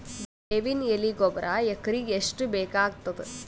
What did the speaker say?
ಬೇವಿನ ಎಲೆ ಗೊಬರಾ ಎಕರೆಗ್ ಎಷ್ಟು ಬೇಕಗತಾದ?